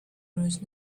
most